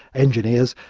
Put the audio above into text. engineers,